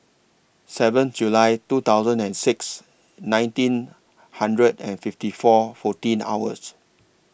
seven July two thousand and six nineteen hundred and fifty four fourteen hours